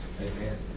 Amen